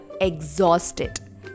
Exhausted